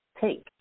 take